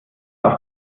auf